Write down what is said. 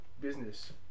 business